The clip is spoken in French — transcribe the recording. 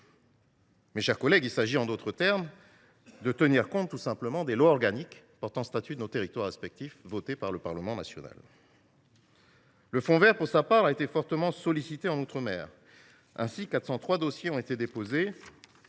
mes chers collègues, il s’agit tout simplement de tenir compte des lois organiques portant statut de nos territoires respectifs votées par le Parlement national. Le fonds vert, pour sa part, a été fortement sollicité en outre mer. Ainsi, 403 dossiers ont été déposés